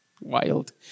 Wild